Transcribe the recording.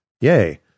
yay